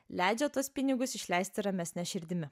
leidžia tuos pinigus išleisti ramesne širdimi